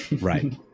Right